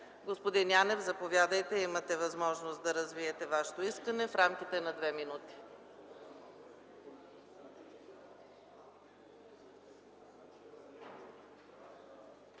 Господин Янев, заповядайте, имате възможност да развиете Вашето искане в рамките на две минути.